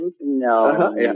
No